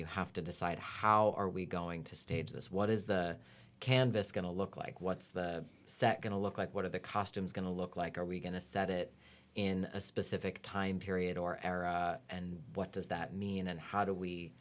you have to decide how are we going to stage this what is the canvas going to look like what's the second to look like what are the costumes going to look like are we going to set it in a specific time period or era and what does that mean and how do we